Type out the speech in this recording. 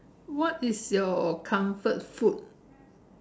what is your comfort food